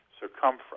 circumference